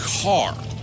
car